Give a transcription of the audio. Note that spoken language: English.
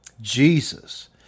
Jesus